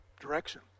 direction